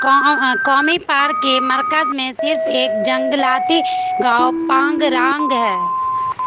قو قومی پارک کے مرکز میں صرف ایک جنگلاتی گاؤں پانگ رانگ ہے